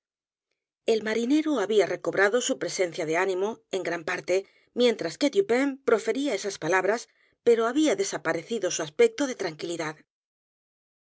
el marinero había recobrado su presencia de ánimo e n g r a n parte mientras que dupin profería esas palabras pero había desaparecido su aspecto de t